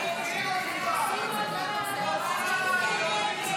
45 בעד, 52 נגד.